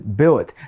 build 。